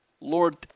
Lord